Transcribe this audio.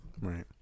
Right